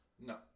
No